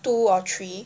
two or three